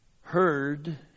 heard